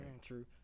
True